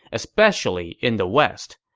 especially in the west.